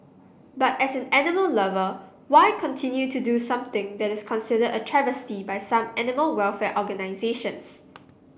but as an animal lover why continue to do something that is considered a travesty by some animal welfare organisations